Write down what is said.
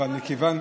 אבל מכיוון,